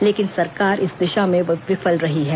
लेकिन सरकार इस दिशा में विफल रही है